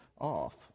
off